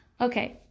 Okay